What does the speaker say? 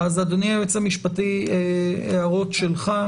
אדוני היועץ המשפטי, הערות שלך.